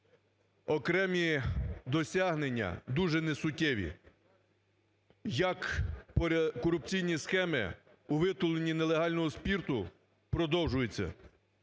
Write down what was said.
Окремі досягнення дуже несуттєві. Корупційні схеми у виготовленні нелегального спирту продовжуються.